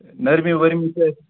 نٔرمی ؤرمی تہِ